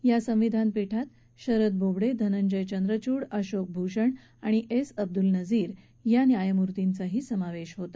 या संविधान पीठात शरद बोबडे धनंजय चंद्रचूड अशोक भूषण आणि एस अब्दुल नझीर या न्यायमूर्तीचाही समावेश होता